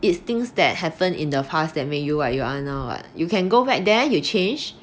it's things that happened in the past that make you what you are now [what] you can go back there to change